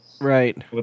right